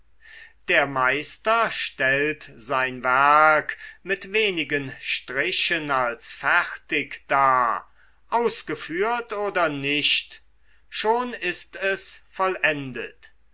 der meister stellt sein werk mit wenigen strichen als fertig dar ausgeführt oder nicht schon ist es vollendet